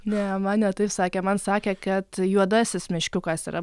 ne man ne taip sakė man sakė kad juodasis meškiukas yra